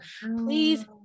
please